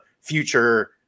future